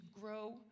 grow